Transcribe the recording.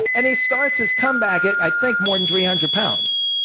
and he starts his comeback at i think more than three hundred pounds.